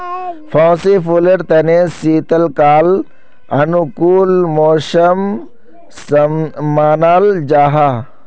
fancy फुलेर तने शीतकाल अनुकूल मौसम मानाल जाहा